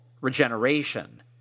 regeneration